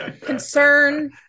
concern